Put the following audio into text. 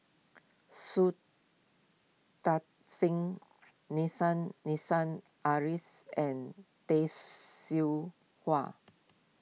Shui Tit Sing Nissim Nassim Adis and Tay Seow Huah